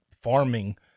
farming